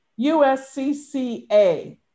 USCCA